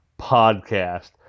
Podcast